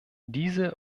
diese